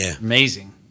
amazing